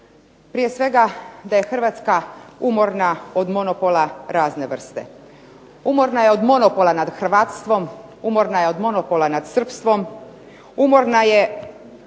Prije svega da je HRvatska umorna od monopola razne vrste. Umorna je od monopola nad hrvatstvom, umorna je od monopola na sprstvom, umorna je